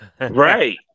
Right